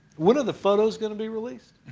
when are the photos going to be released?